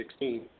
2016